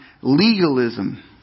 legalism